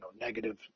negative